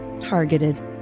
Targeted